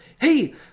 hey